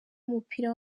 w’umupira